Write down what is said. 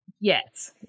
Yes